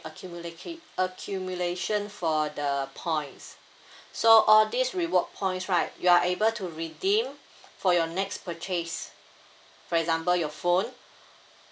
accumulaca~ accumulation for the points so all these reward points right you are able to redeem for your next purchase for example your phone